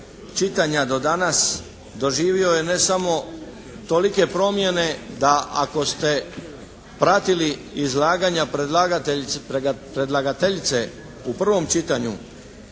čitanja do danas doživio je samo ne tolike promjene da ako ste pratili izlaganja predlagateljice u prvom čitanju